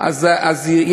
של 300,000,